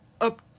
up